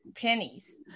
pennies